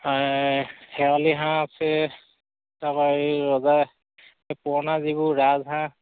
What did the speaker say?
শেৱালি হাঁহ আছে তাৰ পৰা এই ৰজা এই পুৰণা যিবোৰ ৰাজহাঁহ